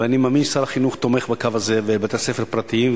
ואני מאמין ששר החינוך תומך בקו הזה ולבתי-ספר פרטיים,